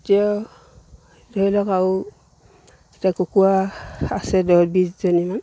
এতিয়াও ধৰি লওক আৰু এতিয়া কুকুৰা আছে দহ বিছজনীমান